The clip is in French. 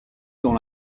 dans